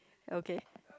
okay